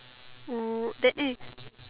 oh then eh